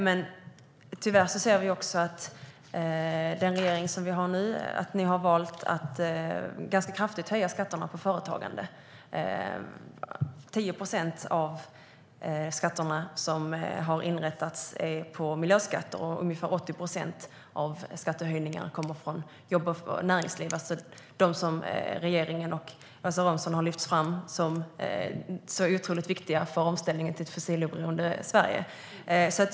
Men tyvärr har regeringen valt att höja skatterna på företagande ganska kraftigt. 10 procent av de skatter som har inrättats är miljöskatter, och ungefär 80 procent av skattehöjningarna gäller jobb och näringsliv, som regeringen och Åsa Romson har lyft fram som så otroligt viktiga i omställningen till ett fossiloberoende Sverige.